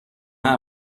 anar